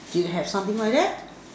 do you have something like that